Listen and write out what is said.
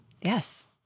Yes